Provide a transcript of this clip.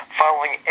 following